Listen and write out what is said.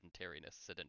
sedentariness